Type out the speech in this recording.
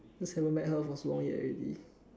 just haven't met her for so long already